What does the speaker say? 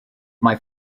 mae